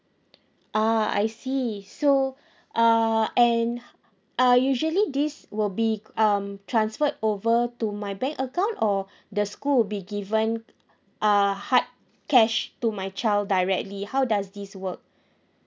uh I see so uh and uh usually this will be c~ um transferred over to my bank account or the school would be given uh hard cash to my child directly how does this work